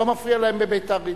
לא מפריע להם בביתר-עילית,